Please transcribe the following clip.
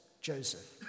Joseph